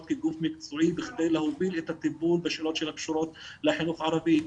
כגוף מקצועי בכדי להוביל את הטיפול בשאלות שקשורות לחינוך ערבי.